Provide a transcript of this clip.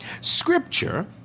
Scripture